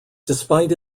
despite